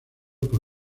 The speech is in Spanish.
por